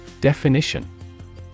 Definition